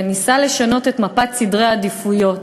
וניסה לשנות את מפת סדרי העדיפויות,